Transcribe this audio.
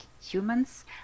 humans